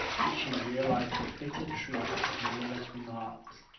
but she realized the bitter truth of marilla's remarks.